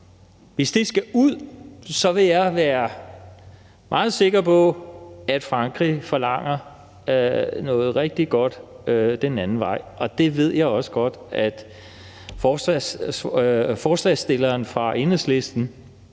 Hvis det skal ud, er jeg meget sikker på, at Frankrig forlanger noget rigtig godt den anden vej, og det ved jeg også godt at forslagsstilleren fra Enhedslisten,